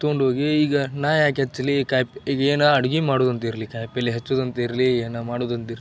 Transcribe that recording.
ತೊಗೊಂಡೋಗಿ ಈಗ ನಾನು ಯಾಕೆ ಹೆಚ್ಚಲಿ ಕಾಯಿ ಪ್ ಈಗ ಏನೇ ಅಡ್ಗೆ ಮಾಡುದಂತಿರ್ಲಿ ಕಾಯಿ ಪಲ್ಲೆ ಹೆಚ್ಚೋದಂದ್ ಇರಲಿ ಏನೇ ಮಾಡುದಂತ ಇರಲಿ